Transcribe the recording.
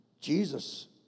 Jesus